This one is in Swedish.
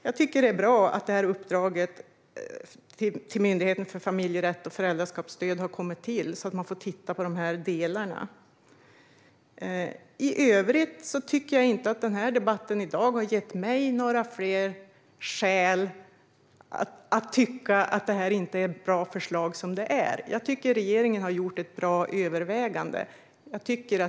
Jag tycker att det är bra att uppdraget till Myndigheten för familjerätt och föräldraskapsstöd har kommit till så att man får titta på dessa delar. I övrigt tycker jag inte att dagens debatt har gett mig några fler skäl att tycka att detta förslag inte är bra som det är. Jag tycker att regeringen har gjort ett bra övervägande.